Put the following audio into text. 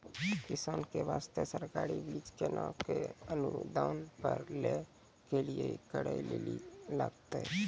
किसान के बास्ते सरकारी बीज केना कऽ अनुदान पर लै के लिए की करै लेली लागतै?